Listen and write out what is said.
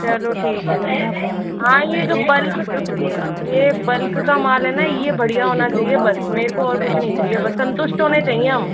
चलो ठीक है ठीक है हाँ यह जो बल्क यह बल्क का माल है ना यह बढ़िया होना चाहिए बस मुझे और कुछ नहीं चाहिए बस संतुष्ट होने चाहिए हम